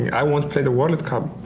i want to play the world cup.